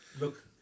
Look